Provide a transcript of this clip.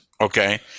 Okay